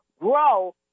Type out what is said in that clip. grow